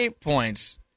points